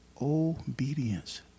Obedience